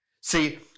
See